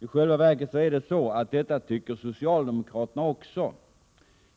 I själva verket är det så att även socialdemokraterna tycker det.